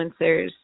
influencers